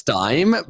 time